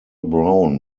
brown